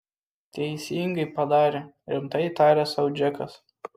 teisingai padarė rimtai tarė sau džekas